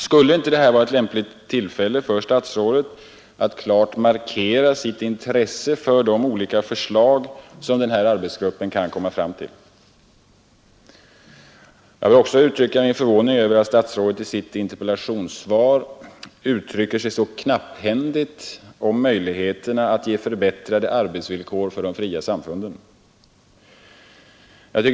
Skulle inte detta vara ett lämpligt tillfälle för statsrådet att klart markera sitt intresse för de olika förslag som en sådan arbetsgrupp kan komma fram till? Jag vill också uttrycka min förvåning över att statsrådet i sitt interpellationssvar uttrycker sig så knapphändigt om möjligheterna att ge förbättrade arbetsvillkor åt de fria samfunden.